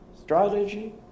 strategy